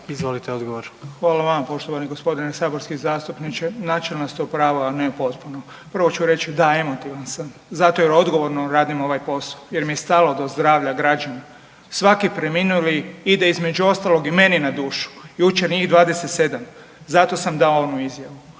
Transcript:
Vili (HDZ)** Hvala vama poštovani gospodine saborski zastupniče. Načelno ste u pravu, ali ne u potpuno. Prvo ću reći da emotivan sam zato jer odgovorno radim ovaj posao, jer mi je stalo do zdravlja građana. Svaki preminuli ide između ostalog i meni na dušu, jučer njih 27 zato sam dao onu izjavu.